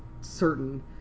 certain